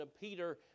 Peter